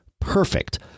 perfect